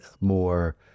more